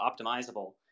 optimizable